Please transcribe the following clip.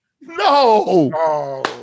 No